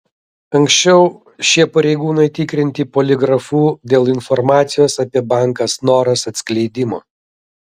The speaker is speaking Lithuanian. anksčiau šie pareigūnai tikrinti poligrafu dėl informacijos apie banką snoras atskleidimo